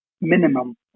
minimum